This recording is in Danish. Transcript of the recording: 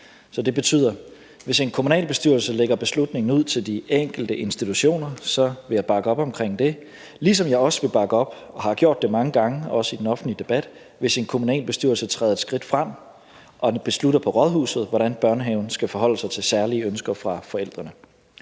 Det betyder, at hvis en kommunalbestyrelse lægger beslutningen ud til de enkelte institutioner, vil jeg bakke op omkring det, ligesom jeg også vil bakke op – og har gjort det mange gange, også i den offentlige debat – hvis en kommunalbestyrelse træder et skridt frem og beslutter på rådhuset, hvordan børnehaven skal forholde sig til særlige ønsker fra forældrene.